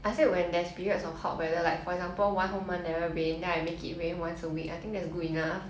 I said when there's periods of hot weather like for example one whole month never rain then I make it rain once a week I think that's good enough